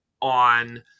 on